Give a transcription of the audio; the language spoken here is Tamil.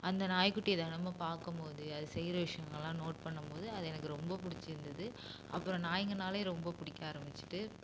அந்த நாய்க்குட்டியை தினமும் பார்க்கும்மோது அது செய்கிற விஷயங்கள்லாம் நோட் பண்ணும்போது அது எனக்கு ரொம்ப பிடிச்சிருந்தது அப்புறோம் நாயிங்கனாலே ரொம்ப பிடிக்க ஆரமிச்சிட்டுது